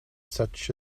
such